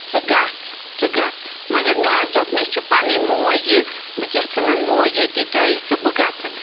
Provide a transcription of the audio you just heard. ژٕ گژھ ژٕ گژھ مگر مےٚ حظ دوٚپ مےٚ چھِ پَنٕنۍ موج یہِ بہٕ کیٛاہ ژھٕنَن موج ییٚتی ترٛٲیِتھ تہٕ بہٕ گژھٕ